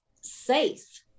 safe